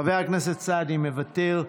חבר הכנסת סעדי מוותר,